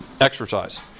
exercise